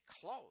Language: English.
close